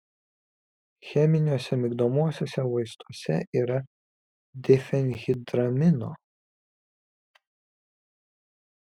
cheminiuose migdomuosiuose vaistuose yra difenhidramino